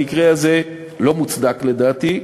במקרה הזה לא מוצדק, לדעתי,